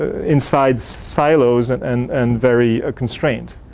ah inside silos and and and very constraint.